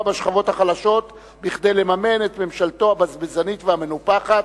בשכבות החלשות כדי לממן את ממשלתו הבזבזנית והמנופחת.